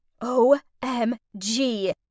O-M-G